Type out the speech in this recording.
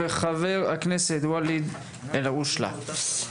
חבר הכנסת ואליד אלהואשלה.